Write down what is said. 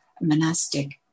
monastic